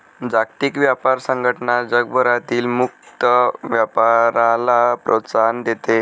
जागतिक व्यापार संघटना जगभरातील मुक्त व्यापाराला प्रोत्साहन देते